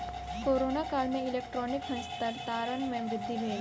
corona काल में electronic हस्तांतरण में वृद्धि भेल